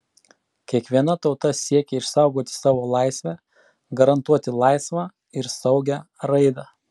kiekviena tauta siekia išsaugoti savo laisvę garantuoti laisvą ir saugią raidą